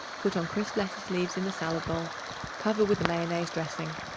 put on crisp lettuce leaves in the salad bowl cover with a mayonnaise dressing.